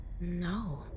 No